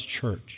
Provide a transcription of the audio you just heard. church